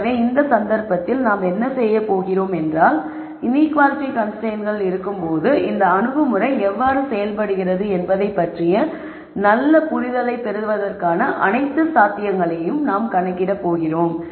எனவே இந்த சந்தர்ப்பத்தில் நாம் என்ன செய்யப் போகிறோம் என்றால் இன்ஈக்குவாலிட்டி கன்ஸ்ரைன்ட்ஸ்கள் இருக்கும்போது இந்த அணுகுமுறை எவ்வாறு செயல்படுகிறது என்பதைப் பற்றிய நல்ல புரிதலைப் பெறுவதற்கான அனைத்து சாத்தியங்களையும் நாம் கணக்கிடப் போகிறோம்